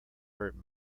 hurt